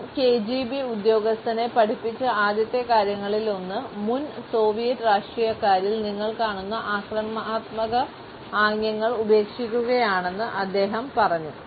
മുൻ കെജിബി ഉദ്യോഗസ്ഥനെ പഠിപ്പിച്ച ആദ്യത്തെ കാര്യങ്ങളിലൊന്ന് മുൻ സോവിയറ്റ് രാഷ്ട്രീയക്കാരിൽ നിങ്ങൾ കാണുന്ന ആക്രമണാത്മക ആംഗ്യങ്ങൾ ഉപേക്ഷിക്കുകയാണെന്ന് അദ്ദേഹം പറഞ്ഞു